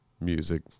music